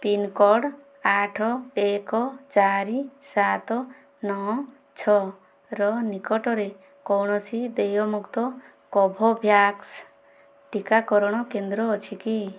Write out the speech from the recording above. pin code ଆଠ ଏକ ଚାରି ସାତ ନଅ ଛଅର ନିକଟରେ କୌଣସି ଦେୟମୁକ୍ତ କୋଭୋଭ୍ୟାକ୍ସ ଟିକାକରଣ କେନ୍ଦ୍ର ଅଛି କି